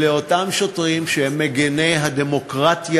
אלה אותם שוטרים שהם מגיני הדמוקרטיה